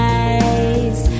eyes